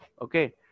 okay